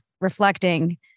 reflecting